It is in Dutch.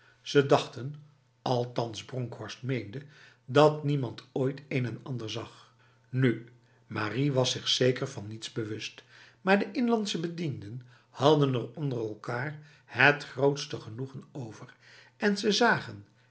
ze dachten althans bronkhorst meende dat niemand ooit een en ander zag nu marie was zich zeker van niets bewust maar de inlandse bedienden hadden er onder elkaar het grootste genoegen over en ze zagen